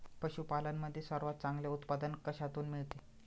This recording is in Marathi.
पशूपालन मध्ये सर्वात चांगले उत्पादन कशातून मिळते?